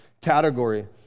category